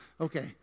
okay